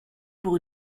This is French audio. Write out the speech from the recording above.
pour